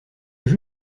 jeu